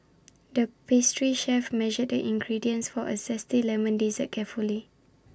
the pastry chef measured the ingredients for A Zesty Lemon Dessert carefully